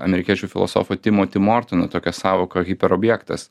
amerikiečių filosofo timoti mortino tokia sąvoka hiperobjektas